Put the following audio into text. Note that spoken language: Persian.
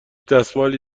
دستمالی